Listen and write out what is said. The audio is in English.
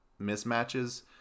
mismatches